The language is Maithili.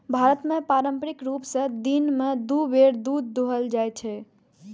भारत मे पारंपरिक रूप सं दिन मे दू बेर दूध दुहल जाइ छै